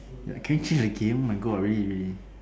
ya can you change the game oh my God really really